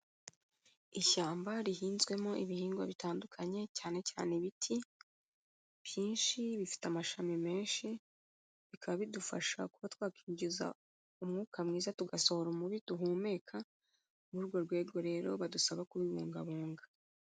Ishyamba rihinzwemo ibihingwa bitandukanye cyane cyane ibiti byinshi bifite amashami menshi, bikaba bidufasha kuba twakinjiza umwuka mwiza tugasohora umubi duhumeka, ni muri urwo rwego rero badusaba kubibungabunga.